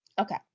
okay